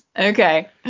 Okay